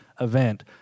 event